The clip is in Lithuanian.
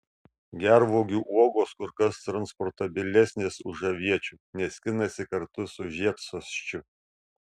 gervuogių uogos kur kas transportabilesnės už aviečių nes skinasi kartu su žiedsosčiu